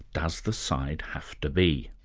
does the side have to be?